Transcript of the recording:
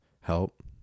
help